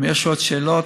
ואם יש עוד שאלות,